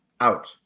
out